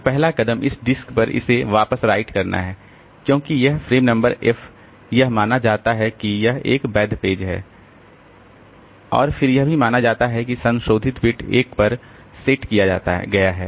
तो पहला कदम इस डिस्क पर इसे वापस राइट करना है क्योंकि यह फ्रेम नंबर f यह माना जाता है कि यह एक वैध पेज है और फिर यह भी माना जाता है कि संशोधित बिट 1 पर सेट किया गया है